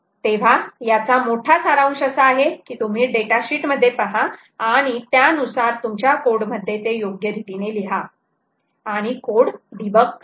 तेव्हा याचा मोठा सारांश असा आहे की तुम्ही डेटा शीट मध्ये पहा आणि त्यानुसार तुमच्या कोड मध्ये ते योग्य रीतीने लिहा आणि कोड डिबग्ग करा